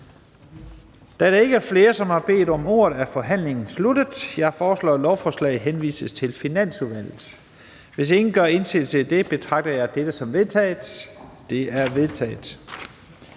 Da der ikke er flere, som har bedt om ordet, er forhandlingen sluttet. Jeg foreslår, at lovforslaget henvises til Finansudvalget. Hvis ingen gør indsigelse, betragter jeg dette som vedtaget. Det er vedtaget.